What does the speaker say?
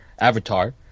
avatar